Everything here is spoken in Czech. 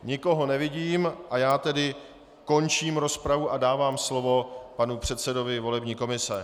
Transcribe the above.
Nikoho nevidím, tedy končím rozpravu a dávám slovo panu předsedovi volební komise.